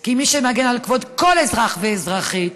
כי מי שמגן על כבוד כל אזרח ואזרחית,